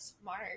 smart